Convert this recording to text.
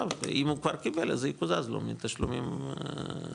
ואם הוא כבר קיבל אז זה יקוזז לו מהתשלומים הבאים.